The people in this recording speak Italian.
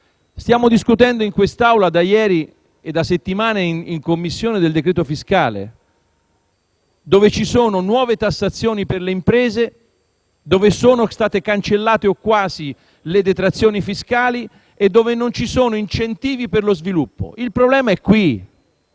Stiamo discutendo in quest'Aula da ieri e in Commissione da settimane del decreto-legge fiscale dove ci sono nuove tassazioni per le imprese, dove sono state cancellate o quasi le detrazioni fiscali e dove non ci sono incentivi per lo sviluppo: il problema è qui.